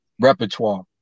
Repertoire